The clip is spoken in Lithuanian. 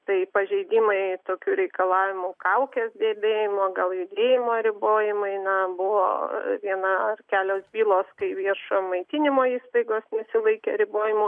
tai pažeidimai tokių reikalavimų kaukės dėvėjimo gal judėjimo ribojimai na buvo viena ar kelios bylos kai viešojo maitinimo įstaigos nesilaikė ribojimų